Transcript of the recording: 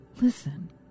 Listen